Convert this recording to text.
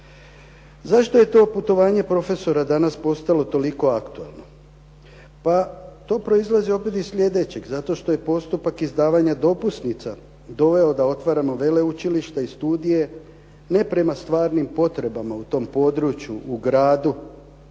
Zašto je to putovanje profesora danas postalo toliko aktualno? Pa to proizlazi opet iz sljedećeg zato što je postupak izdavanja dopusnica doveo da otvaramo veleučilišta i studije ne prema stvarnim potrebama u tom području, u gradu